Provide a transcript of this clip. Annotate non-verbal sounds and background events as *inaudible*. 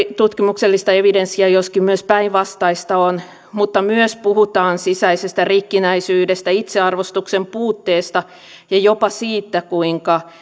*unintelligible* tutkimuksellista evidenssiä joskin myös päinvastaista on mutta myös puhutaan sisäisestä rikkinäisyydestä itsearvostuksen puutteesta ja jopa siitä kuinka *unintelligible*